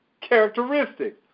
characteristics